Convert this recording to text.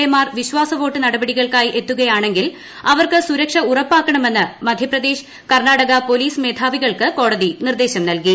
A Mar വിശ്വാസവോട്ട് നടപടികൾക്കായി എത്തുകയാണെങ്കിൽ അവർക്ക് സുരക്ഷ ഉറപ്പാക്കണമെന്ന് മധ്യപ്രദേശ് കർണാടക പോലീസ് മേധാവികൾക്ക് കോടതി നിർദ്ദേശം നൽകി